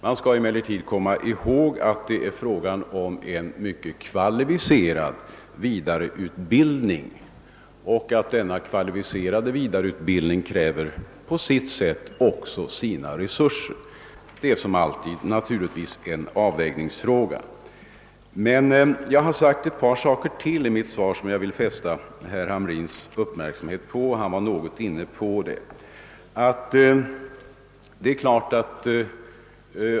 Man skall emellertid komma ihåg att det är fråga om en mycket kvalificerad vidareutbildning och att denna också kräver sina resurser. Det är som alltid en avvägningsfråga. Jag har anfört ytterligare ett par synpunkter i mitt svar, som jag vill fästa herr Hamrins uppmärksamhet på; han har själv något berört dem.